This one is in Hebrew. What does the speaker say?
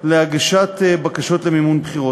להגשת בקשות למימון בחירות.